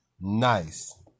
Nice